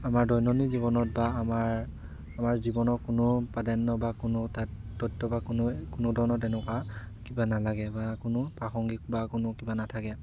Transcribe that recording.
আমাৰ দৈনন্দিন জীৱনত বা আমাৰ আমাৰ জীৱনৰ কোনো প্ৰাধান্য বা কোনো তাৰ তথ্য বা কোনো কোনোধৰণৰ তেনেকুৱা কিবা নালাগে বা কোনো প্ৰাসংগিক বা কোনো কিবা নাথাকে